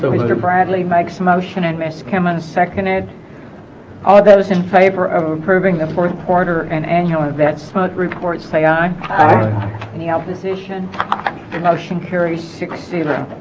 but bradley makes motion and miskimmin seconded all those in favor of approving the fourth quarter and annual events mudge reports say aye any opposition the and motion carries six zero